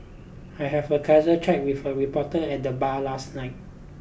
I have a casual chat with a reporter at the bar last night